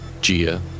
Gia